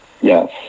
Yes